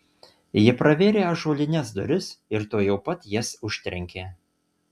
ji pravėrė ąžuolines duris ir tuojau pat jas užtrenkė